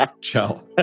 Ciao